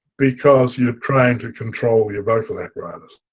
because you're trying to control your vocal apparatus.